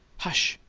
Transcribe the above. hush!